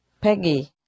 Peggy